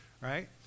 right